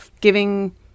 giving